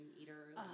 eater